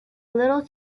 little